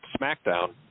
SmackDown